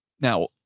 Now